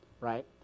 right